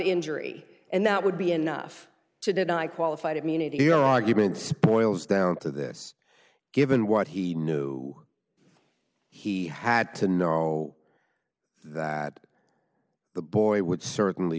injury and that would be enough to deny qualified immunity argument spoils down to this given what he knew he had to know that the boy would certainly